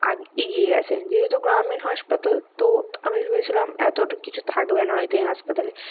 আগ এগিয়ে গেছে যেহেতু গ্রামীণ হাসপাতাল তো আমি ভেবেছিলাম এতটা কিছু থাকবে না হয়তো এই হাসপাতালে